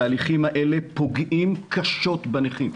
התהליכים האלה פוגעים קשות בנכים.